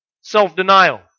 self-denial